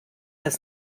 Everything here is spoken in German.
des